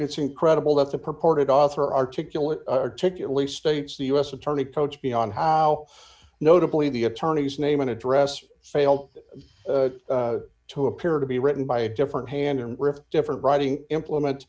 it's incredible that the purported author articulate articulate states the us attorney poached me on how notably the attorney's name and address failed to appear to be written by a different hand in different writing implement